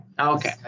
Okay